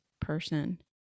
person